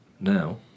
now